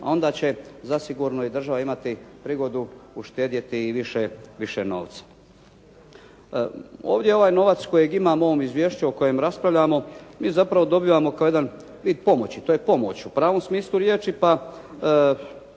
a onda će zasigurno i država imati prigodu uštedjeti i više novca. Ovdje ovaj novac kojeg imamo u ovom izvješću o kojem raspravljamo, mi zapravo dobivamo kao jedan vid pomoći. To je pomoć u pravom smislu riječi, pa